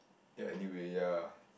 ya anyway ya